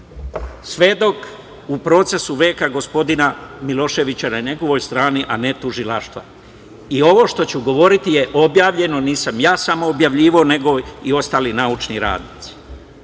svedok u procesu veka gospodina Miloševića, na njegovoj strani, a ne tužilaštva. Ovo što ću govoriti je objavljeno, nisam ja samo objavljivao, nego i ostali naučni radnici. Kandić